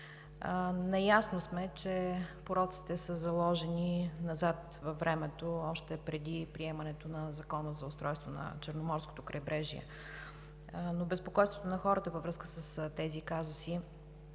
Наясно сме, че пороците са заложени назад във времето, още преди приемането на Закона за устройство на Черноморското крайбрежие, но безпокойството на хората във връзка с тези казуси